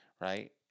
right